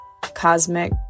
cosmic